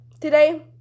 today